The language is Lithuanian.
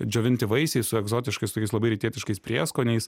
džiovinti vaisiai su egzotiškais tokiais labai rytietiškais prieskoniais